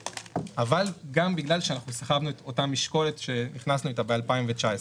אבל גם בגלל שאנחנו סחבנו את אותה משקולת שנכנסנו איתה ב-2019.